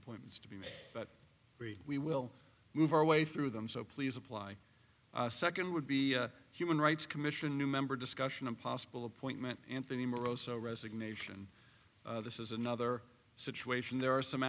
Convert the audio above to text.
appointments to be made but we will move our way through them so please apply second would be human rights commission new member discussion and possible appointment anthony morrow so resignation this is another situation there are some